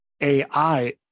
AI